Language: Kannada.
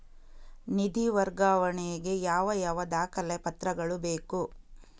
ನಿಧಿ ವರ್ಗಾವಣೆ ಗೆ ಯಾವ ಯಾವ ದಾಖಲೆ ಪತ್ರಗಳು ಬೇಕು?